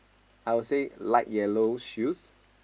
I would say light yellow shoes